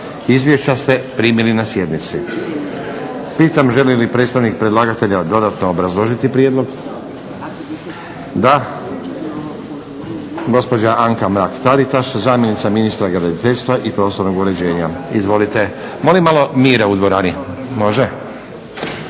Izvješća ste primili na sjednici. Želi li predstavnik predlagatelja dodatno obrazložiti prijedlog? Da. Gospođa Anka Mrak Taritaš zamjenica ministra graditeljstva i prostornog uređenja. Izvolite. **Mrak-Taritaš, Anka** …